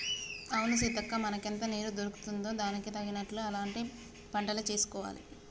అవును సీతక్క మనకెంత నీరు దొరుకుతుందో దానికి తగినట్లు అలాంటి పంటలే వేసుకోవాలి